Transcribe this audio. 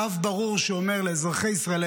אין קו ברור שאומר לאזרחי ישראל,